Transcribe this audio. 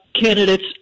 candidates